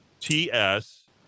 TS